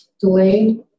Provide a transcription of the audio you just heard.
Delayed